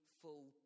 full